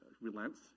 relents